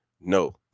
No